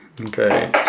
Okay